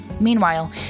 Meanwhile